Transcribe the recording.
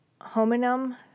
Hominum